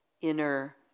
inner